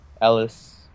Ellis